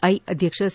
ಐಅಧ್ಯಕ್ಷ C